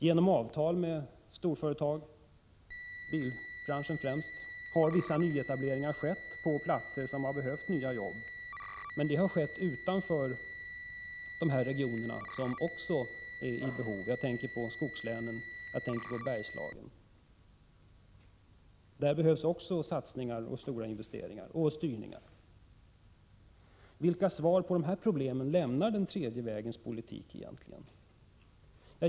Genom avtal med storföretag, främst bilbranschen, har vissa nyetableringar skett på platser som har behövt nya arbeten, men det har skett utanför de regioner som också är i behov av arbeten, jag tänker på skogslänen och Bergslagen. Även där behövs satsningar, stora investeringar och styrningar. Vilka besked vad gäller dessa problem lämnar egentligen den tredje vägens politik?